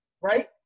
right